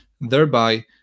thereby